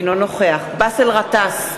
אינו נוכח באסל גטאס,